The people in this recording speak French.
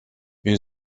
une